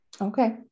okay